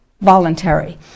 voluntary